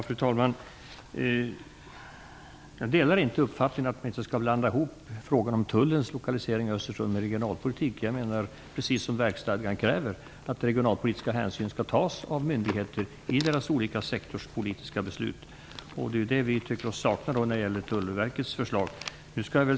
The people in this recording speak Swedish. Fru talman! Jag delar inte uppfattningen att vi inte skall blanda ihop frågan om tullens lokalisering i Östersund med regionalpolitik. Jag menar, precis som verksstadgan kräver, att regionalpolitiska hänsyn skall tas av myndigheter i deras olika sektorspolitiska beslut. Det är det vi tycker oss sakna i Tullverkets förslag.